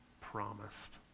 promised